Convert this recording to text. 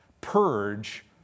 purge